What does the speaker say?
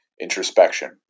Introspection